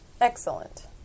Excellent